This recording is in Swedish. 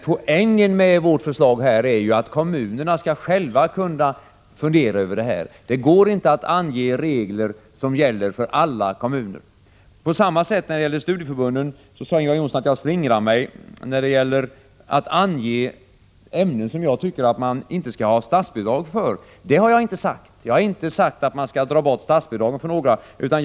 Poängen med vårt förslag är dock att kommunerna själva skall kunna fundera över det här. Det går inte att ange regler som skall gälla för alla kommuner. På samma sätt sade Ingvar Johnsson att jag slingrar mig när det gäller studieförbunden och när det gäller att ange vilka ämnen jag tycker att man inte skall ha statsbidrag för. Jag har inte sagt att man skall dra in statsbidragen för några ämnen.